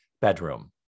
bedroom